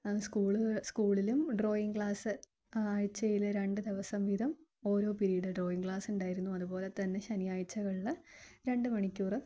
school സ്കൂളിലും drawing class ആഴ്ചയിൽ രണ്ട് ദിവസം വീതം ഓരോ പീരിയഡ് ഡ്രോയിങ് ക്ലാസ്സ് ഉണ്ടായിരുന്നു അത് പോലെ തന്നെ ശനിയാഴ്ച്ചകളിൽ രണ്ട് മണിക്കൂർ